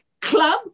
club